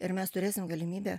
ir mes turėsim galimybę